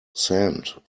sand